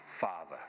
Father